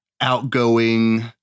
outgoing